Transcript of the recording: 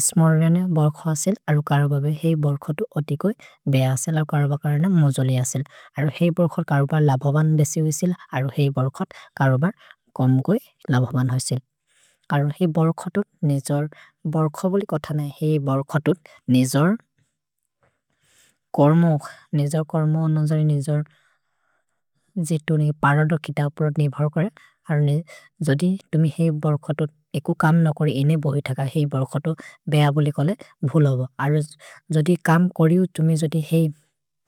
इस्मोर्यने बोर् खासेल्, अरो कर्बबे हेइ बोर् खतु ओतिकोइ, बेअसेल कर्बकर्न मोजोलि असेल्। अरो हेइ बोर् खतु कर्बब लबोवन् देसि विसेल्, अरो हेइ बोर् खतु कर्बब कोम्गोइ लबोवन् हसेल्। अरो हेइ बोर् खतु नेजोर्, बोर् ख बोलिकोतने हेइ बोर् खतु नेजोर्, कोर्मो, नेजोर्, कोर्मो, नोजोरि नेजोर्, जि तो ने परदो कितपुर नेभर् करे। अरो हेइ जोदि तुमि हेइ बोर् खतु एकु कम् न कोरि एने बोइ तक हेइ बोर् खतु बेअ बोलिकोले भोलोवो। अरो जोदि कम् कोरि उ तुमि जोदि हेइ